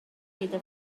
gyda